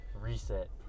Reset